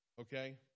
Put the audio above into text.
okay